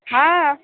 हँ